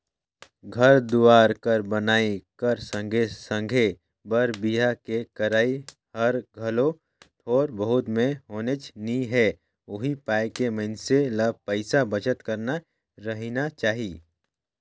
घर दुवार कर बनई कर संघे संघे बर बिहा के करई हर घलो थोर बहुत में होनेच नी हे उहीं पाय के मइनसे ल पइसा बचत करत रहिना चाही